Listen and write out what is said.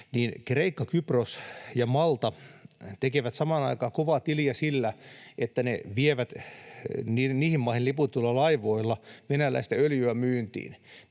Kreikka, Kypros ja Malta tekevät samaan aikaan kovaa tiliä sillä, että ne vievät niihin maihin liputetuilla laivoilla venäläistä öljyä myyntiin.